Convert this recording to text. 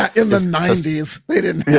ah in the ninety s. they didn't. yeah.